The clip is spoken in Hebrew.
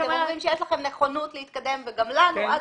ואתם אומרים שיש לכם נכונות להתקדם וגם לנו,